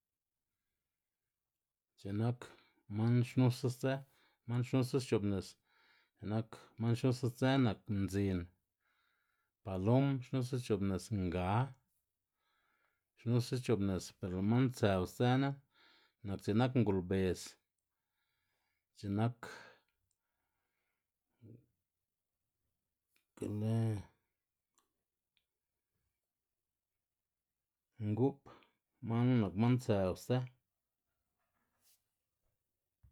X̱i nak man xnusa sdzë man xnusa xc̲h̲o'bnis x̱i'k nak man xnusa sdzë nak mdzin, palom xnusa xc̲h̲o'bnis, nga xnusa xc̲h̲o'bnis ber lë' man tsëw sdzëna nak c̲h̲i nak lgolbes c̲h̲i nak be lë ngu'p man knu nak man tsëw sdzë.